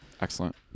Excellent